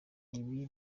ibi